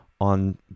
on